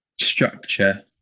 structure